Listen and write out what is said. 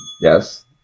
yes